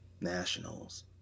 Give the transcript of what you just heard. Nationals